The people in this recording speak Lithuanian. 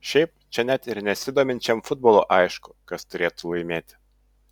šiaip čia net ir nesidominčiam futbolu aišku kas turėtų laimėti